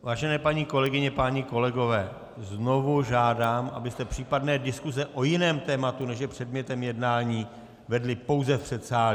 Vážené paní kolegyně, páni kolegové, znovu žádám, abyste případné diskuse o jiném tématu, než je předmětem jednání, vedli pouze v předsálí.